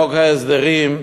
בחוק ההסדרים,